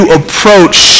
approach